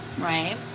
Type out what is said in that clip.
right